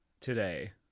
today